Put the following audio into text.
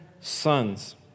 sons